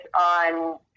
on